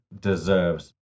deserves